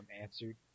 answered